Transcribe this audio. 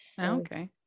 okay